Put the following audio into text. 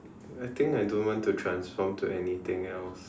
I think I don't want to transform to anything else